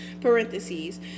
Parentheses